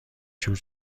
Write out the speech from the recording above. جور